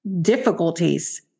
difficulties